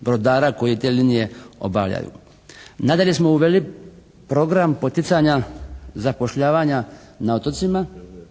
brodara koji te linije obavljaju. Nadalje smo uveli program poticanja zapošljavanja na otocima